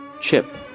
chip